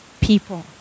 people